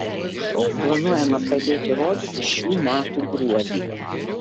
šou planuojama pradėti rodyti šių metų gruodį